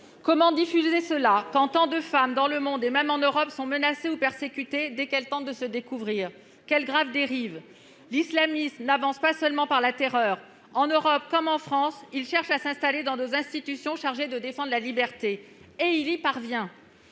Comment diffuser cela quand tant de femmes dans le monde, et même en Europe, sont menacées ou persécutées dès qu'elles tentent de se découvrir ? Quelle grave dérive, monsieur le ministre ! L'islamisme n'avance pas seulement par la terreur. En Europe comme en France, il cherche à s'installer dans les institutions chargées de défendre la liberté. Et il y parvient